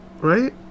right